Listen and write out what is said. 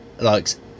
likes